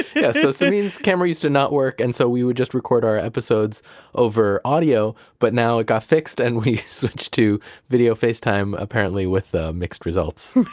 yeah so samin's camera used to not work and so we would just record our episodes over audio but now it got fixed and we switched to video over facetime, apparently with ah mixed results